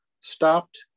stopped